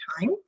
time